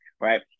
right